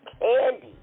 Candy